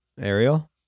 Ariel